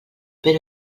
però